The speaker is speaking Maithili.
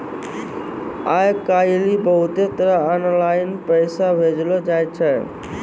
आय काइल बहुते तरह आनलाईन पैसा भेजलो जाय छै